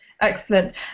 Excellent